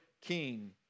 king